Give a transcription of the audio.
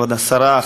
כבוד השרה,